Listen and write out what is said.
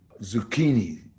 zucchini